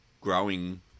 growing